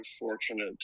unfortunate